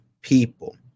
people